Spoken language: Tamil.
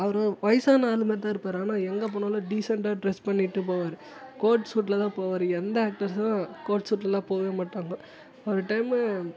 அவர் வயாசன ஆளு மாதிரி தான் இருப்பார் ஆனால் எங்கே போனாலும் டீசெண்டாக ட்ரெஸ் பண்ணிவிட்டு போவார் கோட் ஷூட்டில் தான் போவார் எந்த ஆக்ட்டர்ஸ்சும் கோட் ஷுட்ல எல்லாம் போகவே மாட்டாங்க ஒரு டைமு